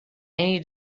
need